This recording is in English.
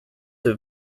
have